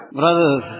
brothers